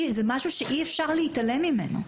זה משהו שאי-אפשר להתעלם ממנו.